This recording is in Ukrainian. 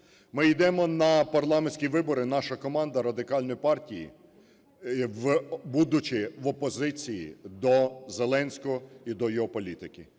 Ми йдемо на парламентські вибори, наша команда Радикальної партії, будучи в опозиції до Зеленського і до його політики.